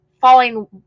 falling